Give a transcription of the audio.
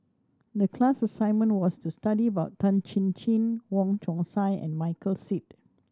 the class assignment was to study about Tan Chin Chin Wong Chong Sai and Michael Seet